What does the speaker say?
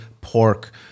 pork